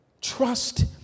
trust